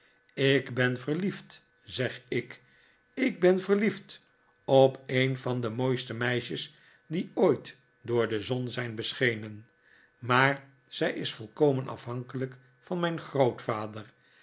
ik ben verliefd zeg ik ik ben verliefd op een van de mooiste meisjes die ooit door de zon zijn beschenen maar zij is volkomen afhankelijk van mijn grootvader